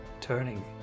turning